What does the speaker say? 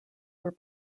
were